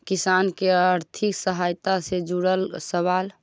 किसान के आर्थिक सहायता से जुड़ल सवाल?